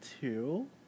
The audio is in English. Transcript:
two